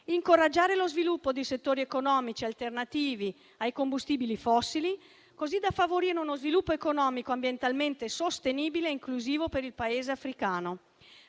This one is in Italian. incoraggiare lo sviluppo di settori economici alternativi ai combustibili fossili, così da favorire uno sviluppo economico ambientalmente sostenibile e inclusivo per il Continente africano;